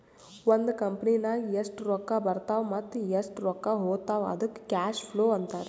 ಒಂದ್ ಕಂಪನಿನಾಗ್ ಎಷ್ಟ್ ರೊಕ್ಕಾ ಬರ್ತಾವ್ ಮತ್ತ ಎಷ್ಟ್ ರೊಕ್ಕಾ ಹೊತ್ತಾವ್ ಅದ್ದುಕ್ ಕ್ಯಾಶ್ ಫ್ಲೋ ಅಂತಾರ್